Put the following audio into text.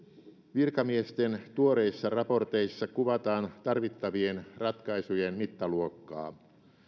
virkamiesten tuoreissa raporteissa kuvataan tarvittavien ratkaisujen mittaluokkaa